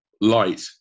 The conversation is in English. light